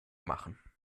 machen